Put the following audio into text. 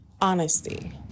honesty